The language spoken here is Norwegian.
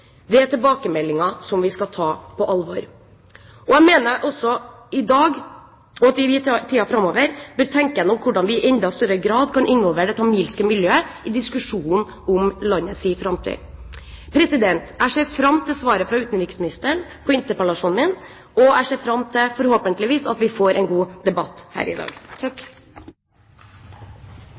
Det er tilbakemeldinger som vi skal ta på alvor. Jeg mener også at vi i dag og i tiden framover bør tenke igjennom hvordan vi i enda større grad kan involvere det tamilske miljøet i diskusjonen om landets framtid. Jeg ser fram til svaret fra utenriksministeren på interpellasjonen min, og jeg ser fram til – forhåpentligvis – at vi får en god debatt her i dag.